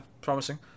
promising